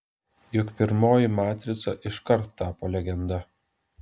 juk pirmoji matrica iškart tapo legenda